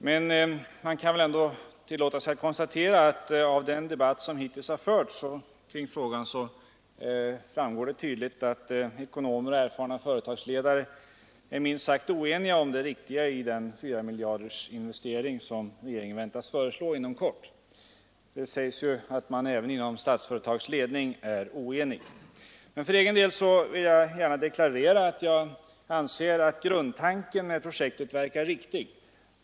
Men man kan väl ändå tillåta sig att konstatera att av den debatt som hittills förts kring frågan framgår det tydligt att ekonomer och erfarna företagsledare är minst sagt oeniga om det riktiga i den 4-miljardersinvestering som regeringen väntas föreslå inom kort. Inom Statsföretags ledning är man tydligen också oenig. För egen del vill jag gärna deklarera att jag anser att grundtanken med projektet verkar riktig.